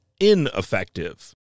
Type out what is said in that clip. ineffective